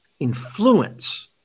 influence